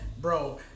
bro